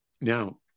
Now